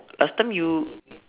last time you